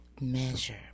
measure